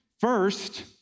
first